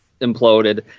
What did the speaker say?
imploded